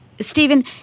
Stephen